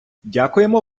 дякуємо